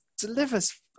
delivers